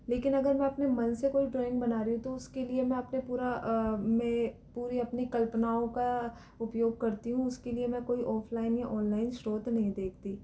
लेकिन अगर मैं अपने मन से कोई ड्रॉइंग बना रही हूँ तो उसके लिए मैं अपने पूरा मैं पूरी अपनी कल्पनाओं का उपयोग करती हूँ उसके लिए मैं कोई ऑफलाइन या ऑनलाइन स्त्रोत नहीं देखती